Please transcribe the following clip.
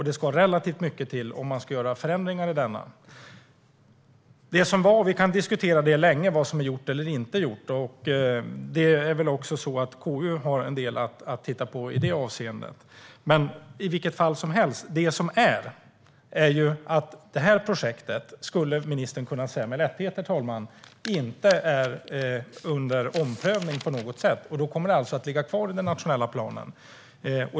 Det ska relativt mycket till om man ska göra förändringar i denna. Vi kan diskutera länge vad som är gjort eller inte gjort. KU har väl också en del att titta på i det avseendet. I vilket fall som helst är det så här: Ministern skulle med lätthet kunna säga, herr talman, att det här projektet inte är under omprövning på något sätt. Och då kommer det alltså att ligga kvar i den nationella planen.